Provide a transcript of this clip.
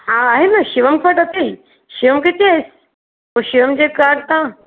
हा आहे न शिवम वटि अथई शिवम खे चइसि शिवम जे काड खां